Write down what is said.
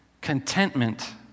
contentment